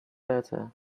better